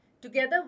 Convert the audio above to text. Together